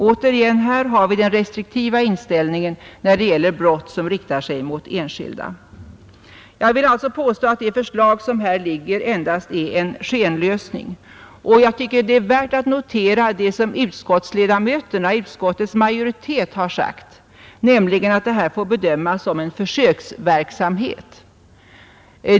Här har vi återigen den restriktiva inställningen när det gäller brott som riktar sig mot enskilda. Jag vill alltså påstå att det förslag som här föreligger endast är en skenlösning, och jag tycker det är värt att notera vad utskottets majoritet har sagt, nämligen att detta får bedömas som en försöksverksamhet.